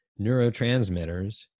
neurotransmitters